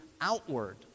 outward